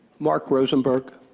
mark rosenberg.